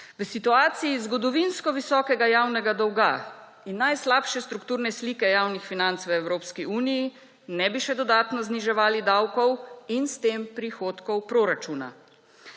V situaciji zgodovinsko visokega javnega dolga in najslabše strukturne slike javnih financ v Evropski uniji ne bi še dodatno zniževali davkov in s tem prihodkov proračuna.